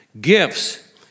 Gifts